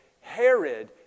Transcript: Herod